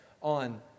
on